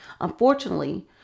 Unfortunately